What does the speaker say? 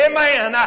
Amen